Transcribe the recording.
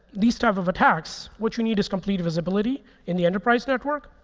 these type of attacks, what you need is complete visibility in the enterprise network.